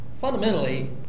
fundamentally